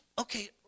Okay